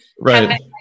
Right